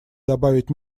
добавить